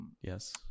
Yes